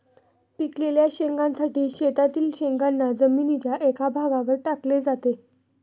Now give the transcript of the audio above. पिकलेल्या शेंगांसाठी शेतातील शेंगांना जमिनीच्या एका भागावर टाकले जाते